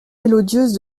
mélodieuses